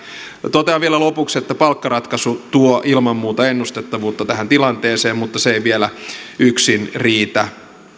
totean vielä lopuksi että palkkaratkaisu tuo ilman muuta ennustettavuutta tähän tilanteeseen mutta se ei vielä yksin riitä